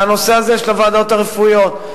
זה הנושא הזה של הוועדות הרפואיות.